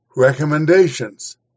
Recommendations